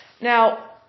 Now